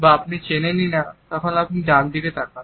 বা আপনি চেনেন না আপনি ডান দিকে তাকান